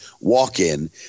walk-in